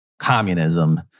communism